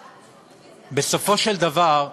ובסופו של דבר,